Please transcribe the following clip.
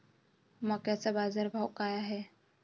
मक्याचा बाजारभाव काय हाय?